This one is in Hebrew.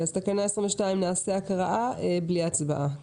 אז נעבור להקראה בלי הצבעה.